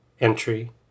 entry